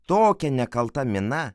tokia nekalta mina